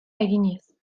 eginez